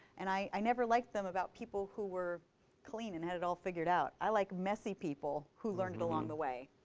and i never liked them about people who were clean and had it all figured out. i like messy people who learned along the way.